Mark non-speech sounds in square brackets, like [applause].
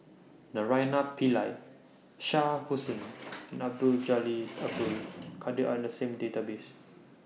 Naraina Pillai Shah [noise] Hussain Abdul Jalil Abdul Kadir Are in The same Database